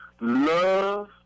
love